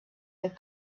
had